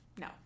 No